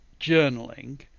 journaling